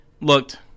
looked